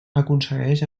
aconsegueix